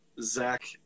Zach